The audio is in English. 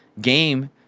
game